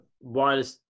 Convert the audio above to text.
wireless